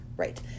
Right